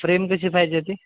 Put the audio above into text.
frame कशी पाहिजे होती